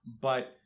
But-